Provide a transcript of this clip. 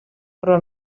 però